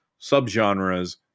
subgenres